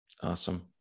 awesome